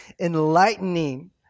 enlightening